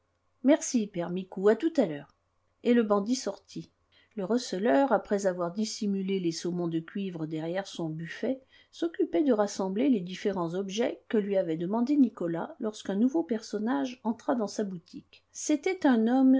père micou à tout à l'heure et le bandit sortit le receleur après avoir dissimulé les saumons de cuivre derrière son buffet s'occupait de rassembler les différents objets que lui avait demandés nicolas lorsqu'un nouveau personnage entra dans sa boutique c'était un homme